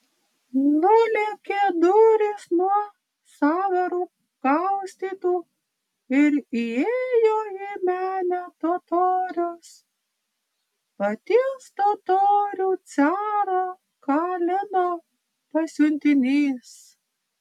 nulėkė durys nuo sąvarų kaustytų ir įėjo į menę totorius paties totorių caro kalino pasiuntinys